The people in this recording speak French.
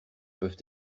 peuvent